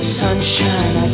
sunshine